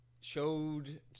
showed